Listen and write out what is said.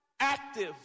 Active